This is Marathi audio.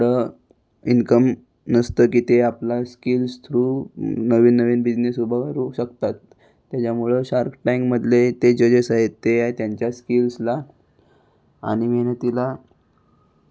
एवढं इन्कम नसतं की ते आपला स्किल्स थ्रू नवीन नवीन बिजनेस उभारू शकतात त्याच्यामुळं शार्क टॅंकमधले ते जजेस आहेत ते या त्यांच्या स्किल्सला आणि मेहनतीला